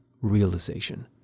realization